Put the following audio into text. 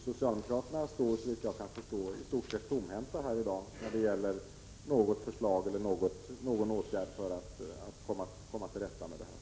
Socialdemokraterna står, såvitt jag kan förstå, i stort sett tomhänta här i dag när det gäller att framlägga något förslag eller vidta någon åtgärd för att komma till rätta med problemet.